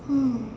mm